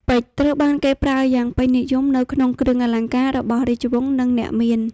ពេជ្រត្រូវបានគេប្រើយ៉ាងពេញនិយមនៅក្នុងគ្រឿងអលង្ការរបស់ រាជវង្ស និង អ្នកមាន។